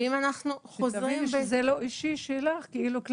ואם אנחנו חוזרים --- שתביני שזה לא אישי כלפייך,